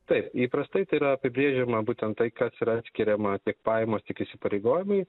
taip įprastai tai yra apibrėžiama būtent tai kas yra atskiriama tiek pajamos tiek įsipareigojimai